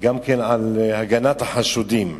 גם כן על הגנת החשודים.